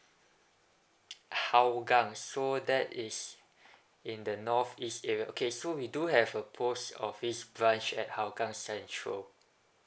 hougang so that is in the north east area okay so we do have a post office branch at hougang central